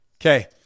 Okay